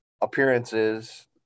appearances